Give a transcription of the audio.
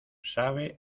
sabe